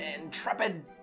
intrepid